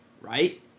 right